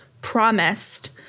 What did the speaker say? promised